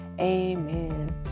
Amen